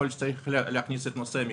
יכול להיות שצריך להכניס פה גם מקדמות.